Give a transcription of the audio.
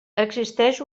existeix